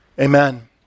Amen